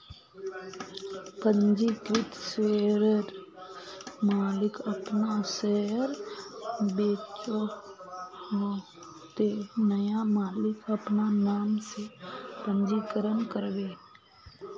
पंजीकृत शेयरर मालिक अपना शेयर बेचोह ते नया मालिक अपना नाम से पंजीकरण करबे